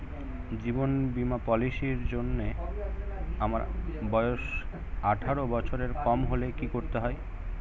জীবন বীমা পলিসি র জন্যে আমার বয়স আঠারো বছরের কম হলে কি করতে হয়?